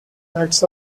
acts